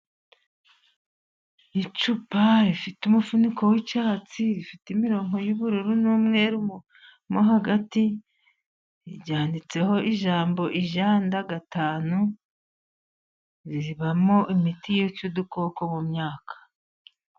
Icupa rifite umufuniko w'icyatsi, rifite imirongo y'ubururu n'umweru mo hagati, ryanditseho ijambo Ijanda gatanu, ribamo imiti yica udukoko mu myaka.